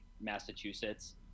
massachusetts